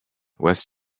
west